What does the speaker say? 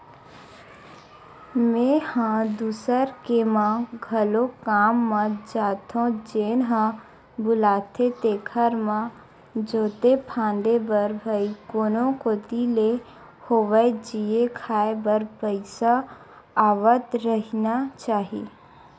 मेंहा दूसर के म घलोक काम म जाथो जेन ह बुलाथे तेखर म जोते फांदे बर भई कोनो कोती ले होवय जीए खांए बर पइसा आवत रहिना चाही